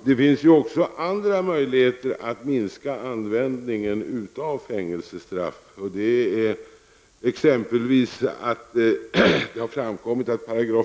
Herr talman! Det finns även andra möjligheter att minska användningen av fängelsestraff. Det har t.ex. framkommit att 34